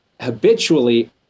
habitually